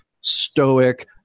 stoic